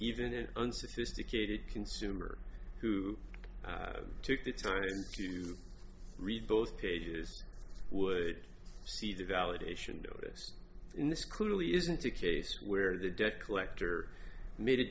even an unsophisticated consumer who took the time to read both pages would see the validation notice in this clearly isn't a case where the debt collector made a